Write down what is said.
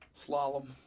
Slalom